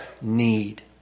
need